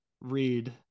read